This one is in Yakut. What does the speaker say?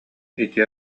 ити